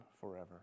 forever